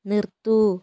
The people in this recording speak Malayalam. നിർത്തൂ